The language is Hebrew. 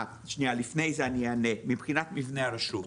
לפני זה, אני אענה, מבחינת מבנה הרשות.